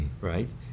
right